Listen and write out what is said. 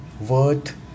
worth